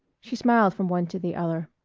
she smiled from one to the other.